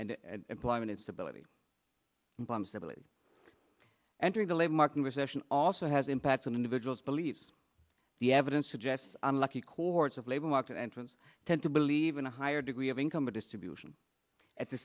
and employment instability bombs ability entering the labor market recession also has impacts on individuals beliefs the evidence suggests unlucky quarts of labor market entrants tend to believe in a higher degree of income distribution at the